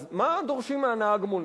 אז מה דורשים מנהג המונית?